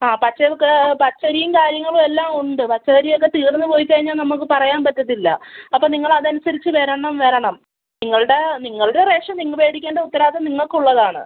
ആ പച്ചരിക്ക് പച്ചരിയും കാര്യങ്ങളും എല്ലാം ഉണ്ട് പച്ചരി ഒക്കെ തീർന്ന് പോയി കഴിഞ്ഞാൽ നമുക്ക് പറയാൻ പറ്റത്തില്ല അപ്പോൾ നിങ്ങൾ അതനുസരിച്ച് വരണം വരണം നിങ്ങളുടെ നിങ്ങളുടെ റേഷൻ നിങ്ങൾ വേടിക്കേണ്ട ഉത്തരവാദിത്തം നിങ്ങൾക്കുള്ളതാണ്